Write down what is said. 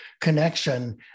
connection